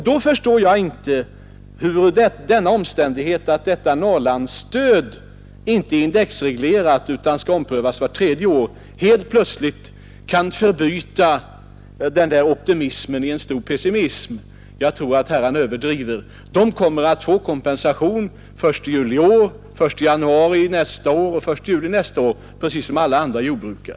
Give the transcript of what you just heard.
Då förstår jag inte hur denna omständighet att Norrlandsstödet inte är indexreglerat utan skall omprövas vart tredje år helt plötsligt kan förbyta deras optimism i en stor pessimism. Jag tror att herrarna överdriver. Jordbrukarna i Norrland kommer att få kompensation den 1 juli i år, den 1 januari nästa år och den 1 juli nästa år precis som alla andra jordbrukare.